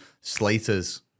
Slater's